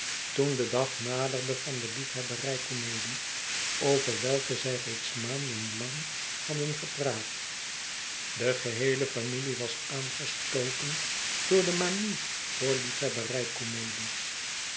toen de dag naderde van de liefhebberijcomedie over welke zij reeds maanden lang hadden gepraat de geheele familie was aangestoken door de manie voor liefhebberij comedies